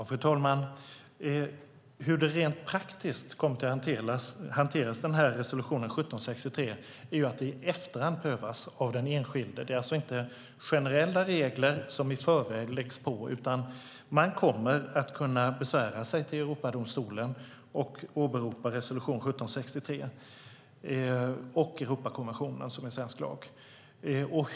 Fru talman! Hur resolution 1763 rent praktiskt kommer att hanteras är att det prövas av den enskilde i efterhand. Det är alltså inte generella regler som läggs på i förväg, utan man kommer att kunna besvära sig till Europadomstolen och åberopa resolution 1763 och Europakonventionen, alltså med svensk lag.